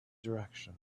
direction